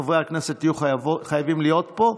כשחברי הכנסת יהיו חייבים להיות פה,